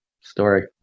story